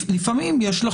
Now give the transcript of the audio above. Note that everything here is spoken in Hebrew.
לפעמים.